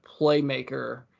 playmaker